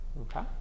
Okay